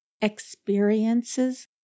Experiences